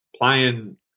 playing